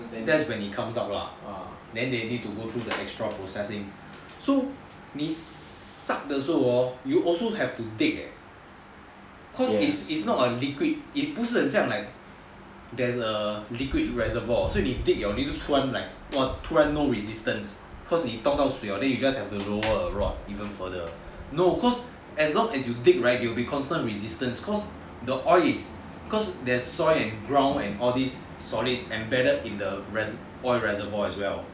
that's when it comes up lah then they need to go through the extra processing so 你 suck 的时候 hor you also have to dig cause it's not a liquid 不是很像 like there's a liquid reservoir 所以你 dig liao 你突然 like no resistance cause 你动到水了 then 你 just lower a lot even further no cause as long as you dig right it will be constant resistance cause the oil is cause there is soil and ground and all these solid embedded in the oil reservoir as well